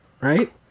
Right